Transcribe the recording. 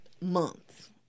months